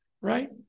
right